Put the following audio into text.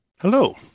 Hello